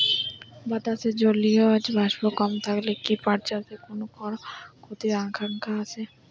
বাতাসে জলীয় বাষ্প কম থাকলে কি পাট চাষে কোনো বড় ক্ষতির আশঙ্কা আছে?